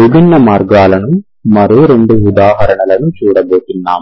విభిన్న మార్గాలకు మరో రెండు ఉదాహరణలను చూడబోతున్నాము